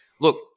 look